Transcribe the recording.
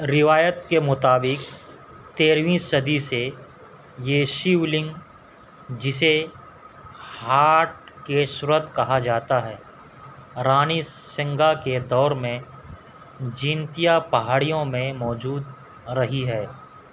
روایت کے مطابق تیرہویں صدی سے یہ شیو لنگ جسے ہاٹکیشورت کہا جاتا ہے رانی سنگا کے دور میں جینتیا پہاڑیوں میں موجود رہی ہے